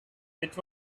which